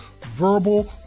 verbal